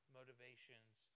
motivations